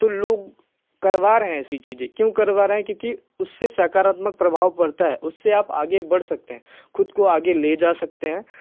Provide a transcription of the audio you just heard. तो लोग करवा रहे हैं ऐसी चीज़ें क्यों करवा रहे हैं क्योंकि उससे सकारात्मक प्रभाव पड़ता है उससे आप आगे बढ़ सकते हैं खुद को आगे ले जा सकते हैं